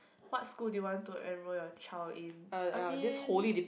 what school do you want to enroll your child in I mean